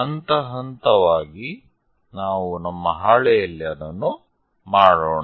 ಹಂತ ಹಂತವಾಗಿ ನಾವು ನಮ್ಮ ಹಾಳೆಯಲ್ಲಿ ಅದನ್ನು ಮಾಡೋಣ